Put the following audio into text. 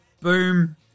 boom